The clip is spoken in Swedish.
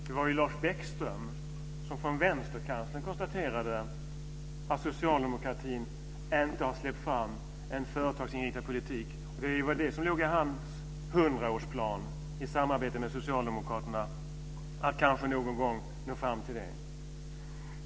Det var Lars Bäckström som från vänsterkanten konstaterade att socialdemokratin inte har släppt fram en företagsinriktad politik. Det låg i hans hundraårsplan för samarbetet med socialdemokraterna att kanske någon gång nå fram till det.